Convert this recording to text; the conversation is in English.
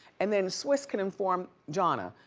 and then swizz can inform jahna,